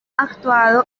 actuado